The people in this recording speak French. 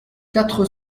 quatre